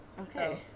Okay